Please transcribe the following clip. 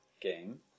game